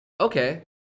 okay